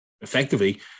Effectively